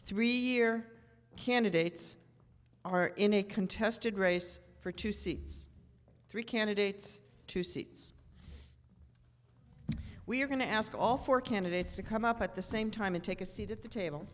three year candidates are in a contested race for two seats three candidates two seats we're going to ask all four candidates to come up at the same time and take a seat at the table